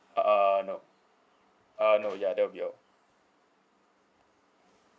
uh no uh no ya that'll be all